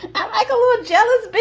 i got jealous.